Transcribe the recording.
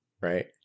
Right